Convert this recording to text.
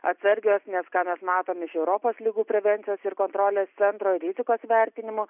atsargios nes ką mes matom iš europos ligų prevencijos ir kontrolės centro rizikos vertinimo